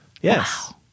Yes